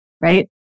Right